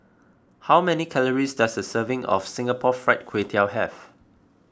how many calories does a serving of Singapore Fried Kway Tiao have